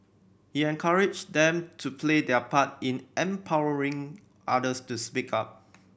he encouraged them to play their part in empowering others to speak up